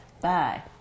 Bye